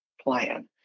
plan